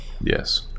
Yes